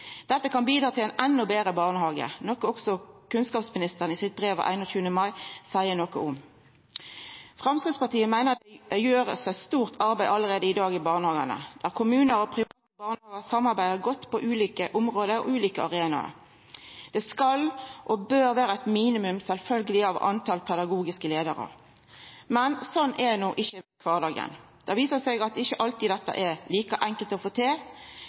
Dette kan bidra til ein endå betre barnehage, noko òg kunnskapsministeren seier noko om i sitt brev av 21. mai. Framstegspartiet meiner at det allereie i dag blir gjort eit stort arbeid i barnehagane, og at kommunar og barnehagar samarbeider godt på ulike område og ulike arenaer. Det skal og bør sjølvsagt vera eit minimumstal på pedagogiske leiarar, men sånn er ikkje kvardagen. Det viser seg at dette ikkje alltid er like lett å få til.